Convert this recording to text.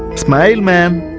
smile man